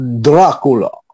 Dracula